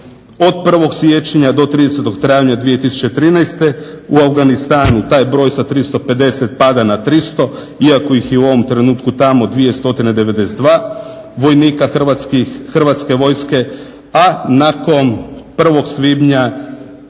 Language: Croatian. od 1.siječnja do 30.travnja 2013.u Afganistanu taj broj sa 350 pada na 300 iako ih je u ovom trenutku tamo 292 vojnika hrvatskih Hrvatske vojske, a nakon 1.svibnja